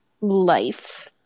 life